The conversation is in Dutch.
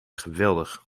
geweldig